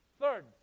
Third